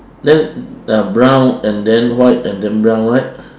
then uh brown and then white and then brown right